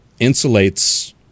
insulates